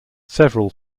several